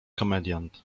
komediant